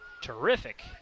terrific